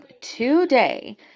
today